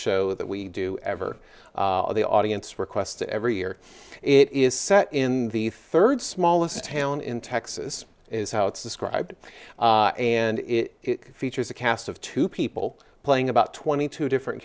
show that we do ever the audience requests to every year it is set in the third smallest town in texas is how it's described and it features a cast of two people playing about twenty two different